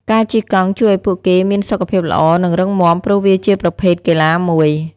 ការជិះកង់ជួយឱ្យពួកគេមានសុខភាពល្អនិងរឹងមាំព្រោះវាជាប្រភេទកីឡាមួយ។